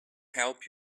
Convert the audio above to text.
help